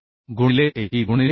गुणिले Ae गुणिले pz